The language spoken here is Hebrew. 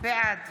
בעד